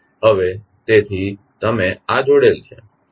તેથી હવે તમે આ જોડેલ છે